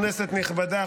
כנסת נכבדה,